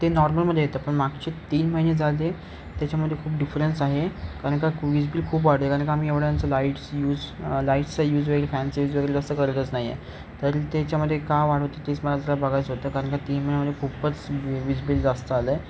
ते नॉर्मलमध्ये येतं पण मागचे तीन महिने झाले त्याच्यामध्ये खूप डिफरन्स आहे कारण का वीज बिल खूप वाढलं आहे कारण का आम्ही एवढ्यांचा लाईट्स यूज लाईटचा यूज वेगळी फॅनचा यूज वेगळा जास्त करतच नाही आहे तर त्याच्यामध्ये का वाढ होतं तेच मला त्याला बघायचं होतं कारण का तीन महिन्यामध्ये खूपच वीज बिल जास्त आलं आहे